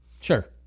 Sure